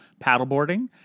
paddleboarding